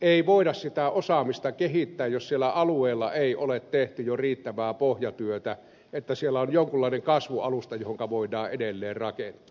ei voida sitä osaamista kehittää jos siellä alueella ei ole tehty jo riittävää pohjatyötä että siellä on jonkunlainen kasvualusta johonka voidaan edelleen rakentaa